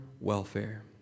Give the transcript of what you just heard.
welfare